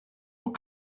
what